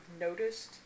noticed